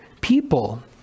people